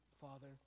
Father